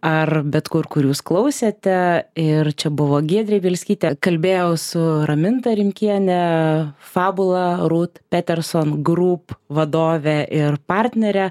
ar bet kur kur jūs klausėte ir čia buvo giedrė bielskytė kalbėjau su raminta rimkienė fabula rud peterson group vadove ir partnere